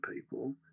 people